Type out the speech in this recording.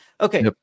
Okay